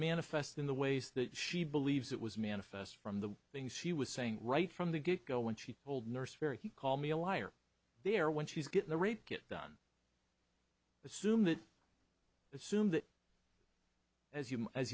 manifest in the ways that she believes it was manifest from the things he was saying right from the get go when she told nurse fairy he called me a liar there when she's getting a rape kit done assume that assume that as you as